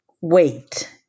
wait